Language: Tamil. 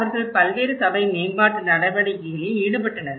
அவர்கள் பல்வேறு சபை மேம்பாட்டு நடவடிக்கைகளில் ஈடுபட்டனர்